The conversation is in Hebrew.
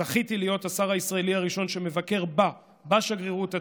זכיתי להיות השר הישראלי הראשון שמבקר בשגרירות עצמה.